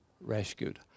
rescued